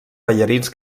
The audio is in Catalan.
ballarins